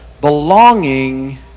belonging